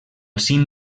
cim